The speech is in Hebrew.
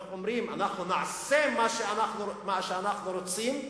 איך אומרים, אנחנו נעשה מה שאנחנו רוצים,